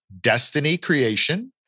destinycreation